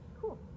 Cool